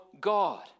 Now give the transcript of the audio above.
God